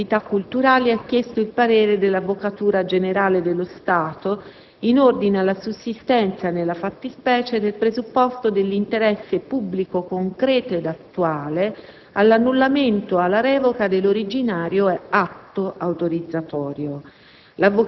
II Ministero per i beni e le attività culturali ha chiesto il parere dell'Avvocatura generale dello Stato in ordine alla sussistenza, nella fattispecie, del presupposto dell'interesse pubblico concreto ed attuale all'annullamento o alla revoca dell'originario